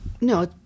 No